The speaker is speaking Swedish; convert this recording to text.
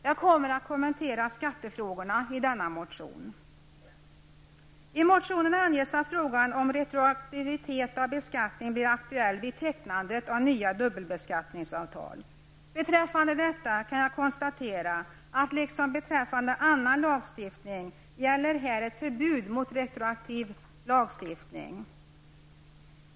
Jag kommer att kommentera skattefrågorna i denna motion. I motionen anges att frågan om retroaktivitet av beskattning blir aktuell vid tecknandet av nya dubbelbeskattningsavtal. Bestäffande detta kan jag konstatera att liksom för annan lagstiftning gäller här ett förbud mot retroaktiv lagstiftning.